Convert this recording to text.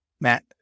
Matt